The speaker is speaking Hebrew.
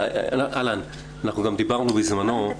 אנחנו גם דיברנו בזמנו,